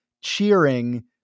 cheering